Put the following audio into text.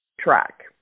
track